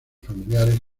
familiares